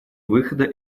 выхода